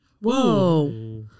Whoa